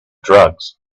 drugs